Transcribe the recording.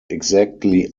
exactly